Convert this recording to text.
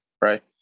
Right